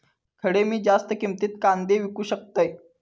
खडे मी जास्त किमतीत कांदे विकू शकतय?